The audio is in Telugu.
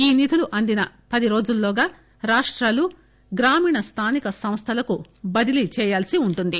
ఈ నిధులు అందిన పది రోజుల్లోగా రాష్టాలు గ్రామీణ స్థానిక సంస్థలకు బదిలీ చేయవలసి ఉంటుంది